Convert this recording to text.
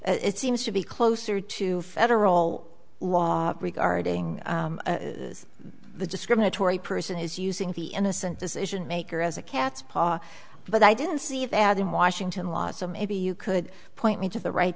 it seems to be closer to federal law regarding the discriminatory person is using the innocent decision maker as a cat's paw but i didn't see the add in washington law so maybe you could point me to the right